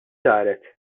saret